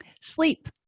Sleep